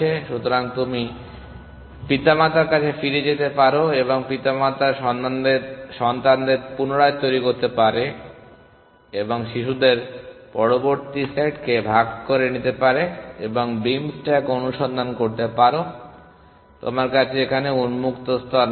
সুতরাং তুমি পিতামাতার কাছে ফিরে যেতে পারো এবং পিতামাতার সন্তানদের পুনরায় তৈরী করতে পারো এবং শিশুদের পরবর্তী সেটকে ভাগ করে নিতে পারো এবং বিম স্ট্যাক অনুসন্ধান করতে পারো তোমার কাছে এখানে উন্মুক্ত স্তর নেই